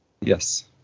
Yes